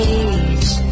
age